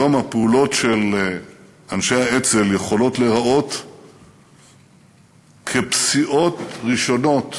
היום הפעולות של אנשי האצ"ל יכולות להיראות כפסיעות ראשונות